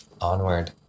Onward